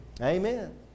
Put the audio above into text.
Amen